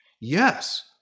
Yes